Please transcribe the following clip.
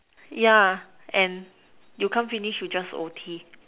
yeah and you can't finish you just O_T